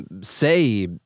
say